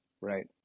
Right